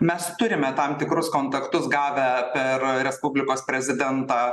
mes turime tam tikrus kontaktus gavę per respublikos prezidentą